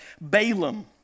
Balaam